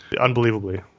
Unbelievably